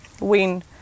win